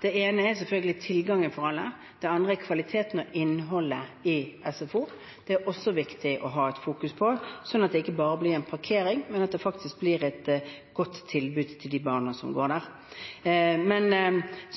ene er selvfølgelig tilgangen for alle. Den andre er kvaliteten og innholdet i SFO. Det er det også viktig å ha fokus på, slik at det ikke bare blir en parkering, men at det faktisk blir et godt tilbud til de barna som går der.